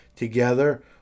Together